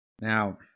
Now